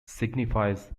signifies